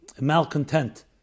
malcontent